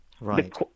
Right